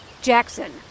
Jackson